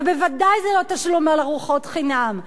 ובוודאי זה לא תשלום על ארוחות חינם.